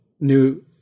new